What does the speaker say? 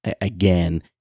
again